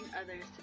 others